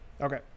Okay